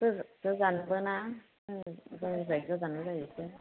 गोजानबो ना जोंनिफ्राय गोजानबो जायो एसे